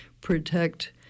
protect